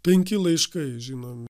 penki laiškai žinom